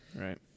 Right